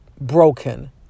broken